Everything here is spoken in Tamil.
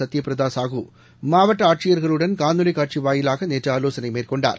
சத்யபிரதாசாஹூ மாவட்டஆட்சியர்களுடன் காணொலிக் காட்சிவாயிலாகநேற்றுஆலோசனைமேற்கொண்டார்